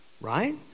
Right